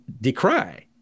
decry